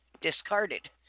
discarded